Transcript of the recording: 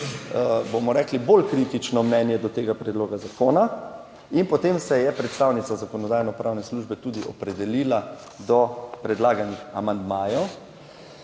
bomo rekli, bolj kritično mnenje do tega predloga zakona. In potem se je predstavnica Zakonodajno-pravne službe tudi opredelila do predlaganih amandmajev